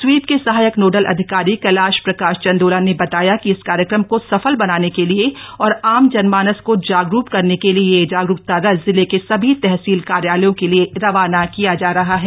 SVEEP के सहायक nodal अधिकारी कैलाश प्रकाश चंदोला ने बताया कि इस कार्यक्रम को सफल बनाने के लिए और आम जनमानस को जागरूक करने के लिए यह जागरूकता रथ जिले के सभी तहसील कार्यालयों के लिए रवाना किया जा रहा है